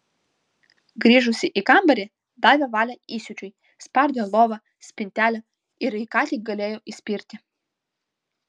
grįžusi į kambarį davė valią įsiūčiui spardė lovą spintelę ir į ką tik galėjo įspirti